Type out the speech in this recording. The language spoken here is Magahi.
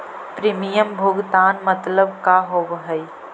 प्रीमियम भुगतान मतलब का होव हइ?